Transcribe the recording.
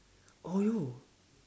oh yo